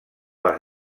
les